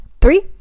Three